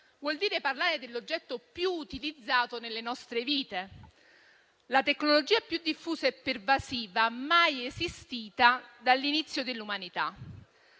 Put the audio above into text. vuol dire parlare dell'oggetto più utilizzato nelle nostre vite, della tecnologia più diffusa e pervasiva mai esistita dall'inizio dell'umanità: